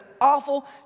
awful